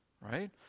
Right